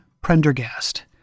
Prendergast